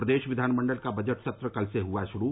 प्रदेश विधानमंडल का बजट सत्र कल से हआ शुरू